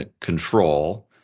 control